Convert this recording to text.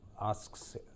asks